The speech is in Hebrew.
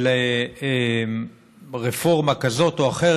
של רפורמה כזאת או אחרת.